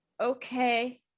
okay